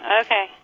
Okay